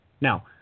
Now